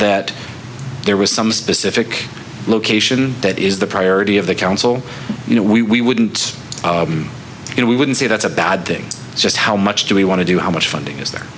that there was some specific location that is the priority of the council you know we wouldn't you know we wouldn't say that's a bad thing just how much do we want to do how much funding is there